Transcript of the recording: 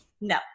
No